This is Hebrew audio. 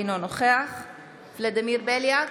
אינו נוכח ולדימיר בליאק,